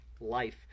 life